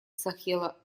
сахело